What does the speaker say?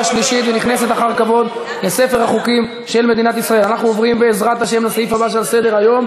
30 תומכים, אין מתנגדים ואין נמנעים.